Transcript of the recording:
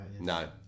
No